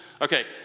okay